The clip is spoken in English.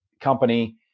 company